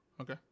Okay